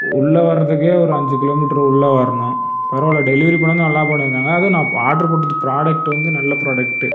உள்ளே வரதுக்கே ஒரு அஞ்சு கிலோமீட்டர் உள்ளே வரணும் பரவாயில்ல டெலிவரி பண்ணதும் நல்லா பண்ணியிருந்தாங்க அதுவும் நான் ஆர்டர் போட்டிருந்த ப்ராடெக்ட் வந்து நல்ல ப்ராடெக்ட்